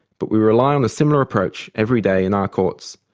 but we rely on a similar approach everyday in our courts,